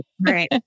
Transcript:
right